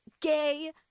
gay